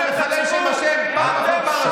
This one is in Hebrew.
מחלל שם שמיים ברבים.